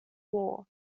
war